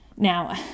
Now